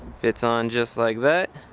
fits on just like that.